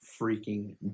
freaking